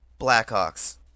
Blackhawks